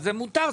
מותר.